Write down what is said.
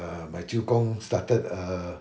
uh my 舅公 started err